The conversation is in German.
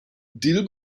dill